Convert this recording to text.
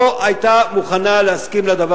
לא היתה מוכנה להסכים לה.